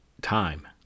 time